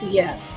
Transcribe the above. yes